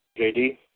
JD